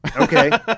Okay